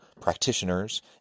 practitioners